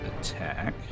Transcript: attack